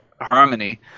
harmony